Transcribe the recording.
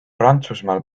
prantsusmaal